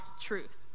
truth